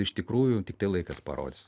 iš tikrųjų tiktai laikas parodys